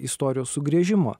istorijos sugrįžimo